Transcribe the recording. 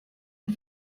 und